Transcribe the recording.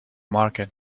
market